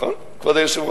נכון, כבוד היושב-ראש?